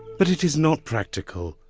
but it is not practical.